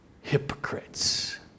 hypocrites